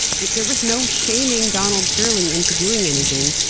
there was no shaming donald sterling into doing anything.